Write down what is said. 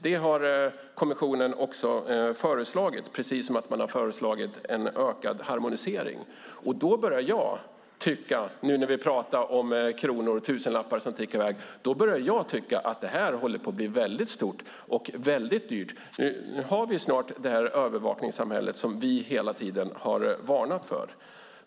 Det har kommissionen också föreslagit, precis som man har föreslagit en ökad harmonisering. Då börjar jag tycka, nu när vi pratar om kronor och tusenlappar som tickar i väg, att det här håller på att bli väldigt stort och väldigt dyrt. Nu har vi snart det övervakningssamhälle som vi hela tiden har varnat för.